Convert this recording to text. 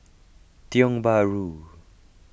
Tiong Bahru